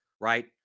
right